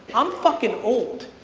i'm fucking old.